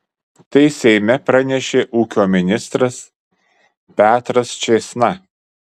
tai seime pranešė ūkio ministras petras čėsna